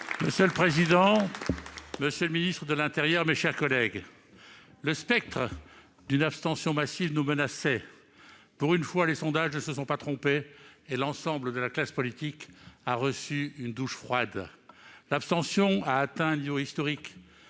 et Territoires. Monsieur le ministre de l'intérieur, le spectre d'une abstention massive nous menaçait. Pour une fois, les sondages ne se sont pas trompés et l'ensemble de la classe politique a reçu une douche froide. L'abstention a atteint un niveau historique